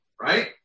right